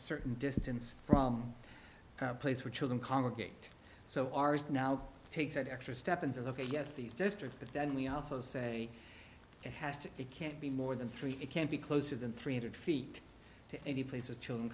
certain distance from a place where children congregate so ours now takes that extra step and says ok yes these districts but then we also say it has to it can't be more than three it can't be closer than three hundred feet to any place with children